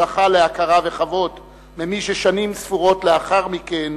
זכה להכרה וכבוד ממי ששנים ספורות לאחר מכן